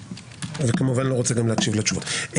אתה כמובן גם לא רוצה להקשיב לתשובות.